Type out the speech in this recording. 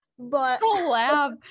Collab